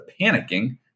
panicking